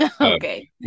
okay